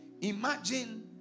Imagine